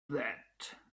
that